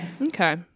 okay